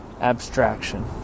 abstraction